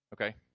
okay